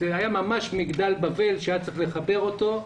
זה היה ממש מגדל בבל שהיה צריך לחבר אותו.